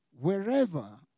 Wherever